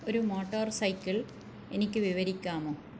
ഒരു motorcycle എനിക്ക് വിവരിക്കാമോ